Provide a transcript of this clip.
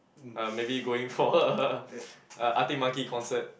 uh maybe going for a a uh Arctic-Monkey concert